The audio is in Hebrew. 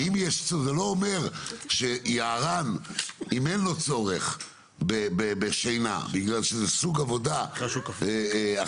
זה לא אומר שאם ליערן אין צורך בשינה בגלל שזה סוג עבודה אחד,